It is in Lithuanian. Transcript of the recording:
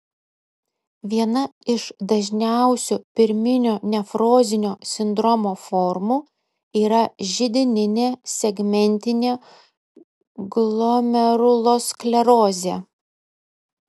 viena iš dažniausių pirminio nefrozinio sindromo formų yra židininė segmentinė glomerulosklerozė